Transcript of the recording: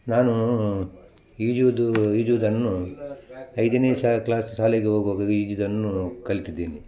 ನಾನು ಈಜುವುದು ಈಜುವುದನ್ನು ಐದನೇ ಶಾ ಕ್ಲಾಸ್ ಶಾಲೆಗೆ ಹೋಗುವಾಗ ಈಜುದನ್ನು ಕಲ್ತಿದ್ದೀನಿ